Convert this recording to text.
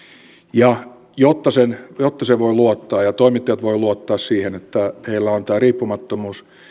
ja jotta siihen voi luottaa ja toimittajat voivat luottaa siihen että heillä on tämä riippumattomuus